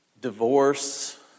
Divorce